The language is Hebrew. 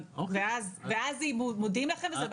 ואז מודיעים לכם.